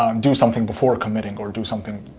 um do something before committing or and do something